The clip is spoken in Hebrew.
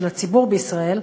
של הציבור בישראל,